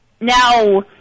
now